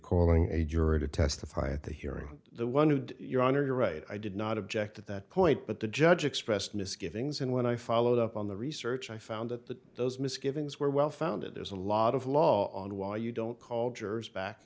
calling a juror to testify at the hearing the one who did your honor you're right i did not object at that point but the judge expressed misgivings and when i followed up on the research i found that those misgivings were well founded there's a lot of law on why you don't call jurors back